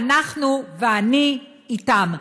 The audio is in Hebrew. ואנחנו, ואני, אתם.